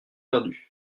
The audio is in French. perdus